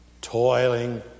toiling